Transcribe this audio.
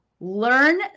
Learn